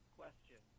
question